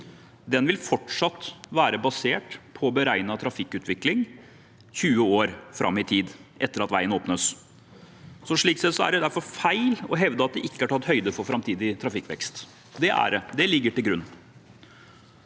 Den vil fortsatt være basert på beregnet trafikkutvikling 20 år fram i tid etter at veien åpnes. Slik sett er det derfor feil å hevde at det ikke er tatt høyde for framtidig trafikkvekst. Det er det. Det ligger til grunn.